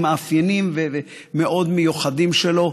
עם מאפיינים מאוד מיוחדים משלו,